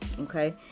okay